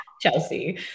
Chelsea